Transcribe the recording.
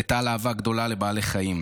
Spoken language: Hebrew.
לטל אהבה גדולה לבעלי חיים.